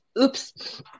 oops